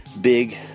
big